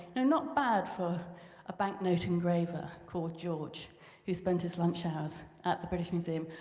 and not bad for a banknote engraver called george who spent his lunch hours at the british museum.